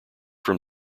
from